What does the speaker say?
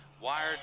wired